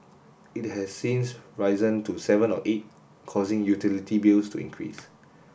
it has since risen to seven or eight causing utility bills to increase